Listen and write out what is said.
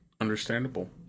understandable